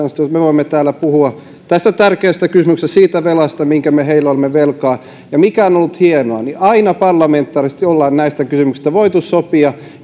me voimme täällä puhua tästä tärkeästä kysymyksestä siitä velasta minkä me heille olemme velkaa mikä on ollut hienoa aina parlamentaarisesti ollaan näistä kysymyksistä voitu sopia ja